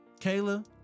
Kayla